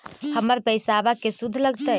हमर पैसाबा के शुद्ध लगतै?